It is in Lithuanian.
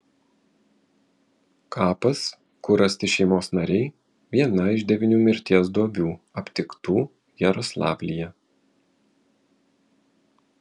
kapas kur rasti šeimos nariai viena iš devynių mirties duobių aptiktų jaroslavlyje